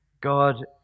God